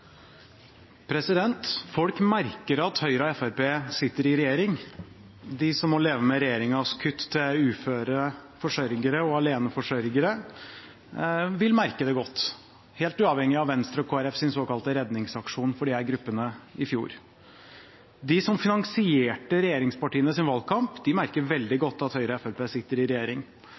hausten. Folk merker at Høyre og Fremskrittspartiet sitter i regjering. De som må leve med regjeringens kutt til uføre forsørgere og aleneforsørgere, vil merke det godt, helt uavhengig av Venstre og Kristelig Folkepartis såkalte redningsaksjon for disse gruppene i fjor. De som finansierte regjeringspartienes valgkamp, merker veldig godt at Høyre og Fremskrittspartiet sitter i regjering.